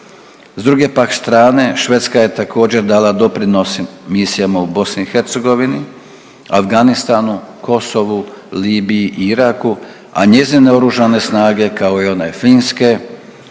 S druge pak strane Švedska je također dala doprinos misijama u BiH, Afganistanu, Kosovu, Libiji i Iraku, a njezine oružane snage kao i one Finske